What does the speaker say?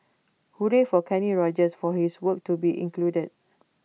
hooray for Kenny Rogers for his work to be included